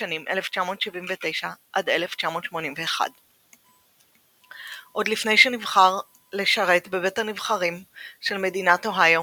בשנים 1979–1981. עוד לפני כן נבחר לשרת בבית הנבחרים של מדינת אוהיו,